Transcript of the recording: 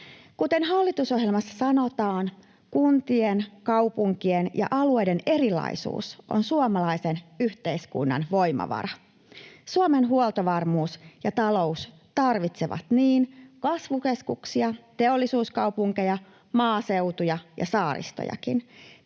Kuten hallitusohjelmassa sanotaan, kuntien, kaupunkien ja alueiden erilaisuus on suomalaisen yhteiskunnan voimavara. Suomen huoltovarmuus ja talous tarvitsevat niin kasvukeskuksia, teollisuuskaupunkeja, maaseutua kuin saaristojakin.